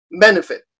benefit